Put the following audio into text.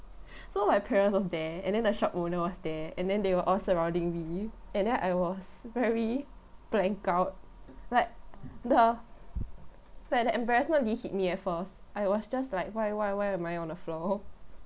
so my parents was there and then the shop owner was there and then they were all surrounding me and then I was very blank out like the like the embarrassment did hit me at first I was just like why why why am I on the floor